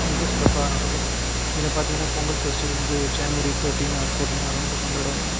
மிக சிறப்பாக நடக்கும் இதில் பார்த்திங்கனா பொங்கல் ஃபெஸ்டிவல் வந்து ஜனவரி தேட்டீன் ஆர் ஃபோர்ட்டீன் அரௌண்டில் கொண்டாடுவாங்க